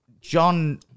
John